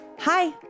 Hi